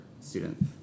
students